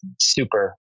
super